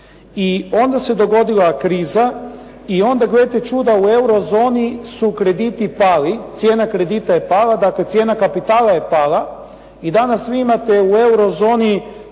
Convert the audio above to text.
I onda se dogodila kriza i onda gledajte čuda, u eurozoni su krediti pali, cijena kredita je pala, dakle cijena kapitala je pala i danas vi imate u eurozoni